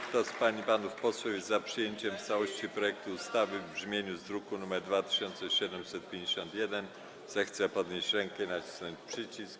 Kto z pań i panów posłów jest za przyjęciem w całości projektu ustawy w brzmieniu z druku nr 2751, zechce podnieść rękę i nacisnąć przycisk.